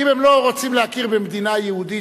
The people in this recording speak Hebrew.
אם הם לא רוצים להכיר במדינה יהודית,